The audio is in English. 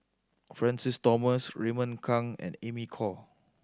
Francis Thomas Raymond Kang and Amy Khor